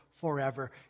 forever